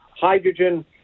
hydrogen